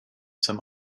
some